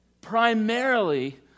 primarily